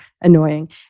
annoying